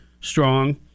strong